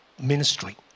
ministry